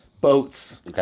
boats